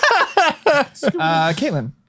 Caitlin